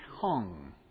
hung